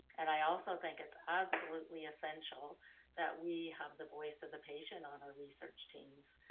and i also think it's absolutely essential that we have the voice of the patient on our research teams.